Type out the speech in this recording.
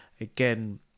Again